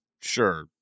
sure